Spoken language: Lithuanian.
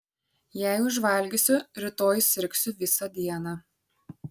jei užvalgysiu rytoj sirgsiu visą dieną